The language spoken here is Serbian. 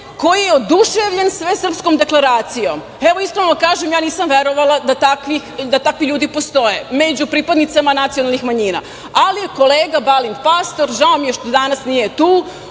koji je oduševljen Svesrpskom deklaracijom. Evo, iskreno da kažem ja nisam verovala da takvi ljudi postoje među pripadnicima nacionalnih manjina. Ali je kolega Balint Pastor, žao mi je što danas nije tu,